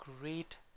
great